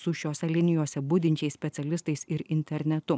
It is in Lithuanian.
su šiose linijose budinčiais specialistais ir internetu